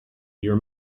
your